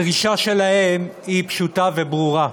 הדרישה שלהם היא פשוטה וברורה,